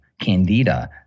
candida